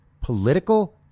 political